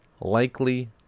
likely